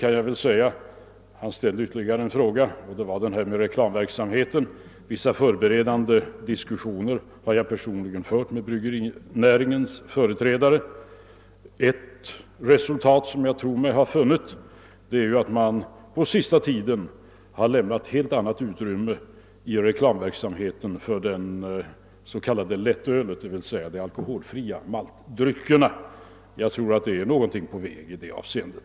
Herr Westberg i Ljusdal ställde ytterligare en fråga, den om reklamverksamheten. Jag har fört vissa förberedande diskussioner med bryggerinäringens företrädare. Ett resultat, som jag tror mig ha funnit, är att man på senaste tiden lämnat helt annat utrymme i reklamverksamheten för det s.k. lättölet, d.v.s. de alkoholsvaga maltdryckerna. Jag tror att det är någonting på väg i det avseendet.